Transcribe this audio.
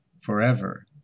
forever